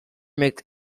makes